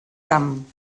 camp